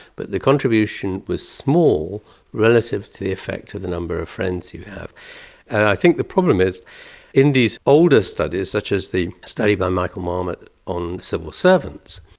but the contribution was small relative the effect of the number of friends you have. and i think the problem is in these older studies such as the study by michael marmot on civil servants,